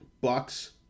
Bucks